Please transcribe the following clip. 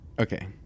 Okay